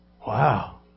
Wow